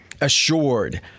assured